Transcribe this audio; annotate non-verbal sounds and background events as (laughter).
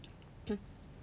(coughs)